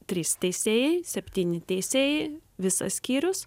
trys teisėjai septyni teisėjai visas skyrius